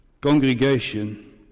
Congregation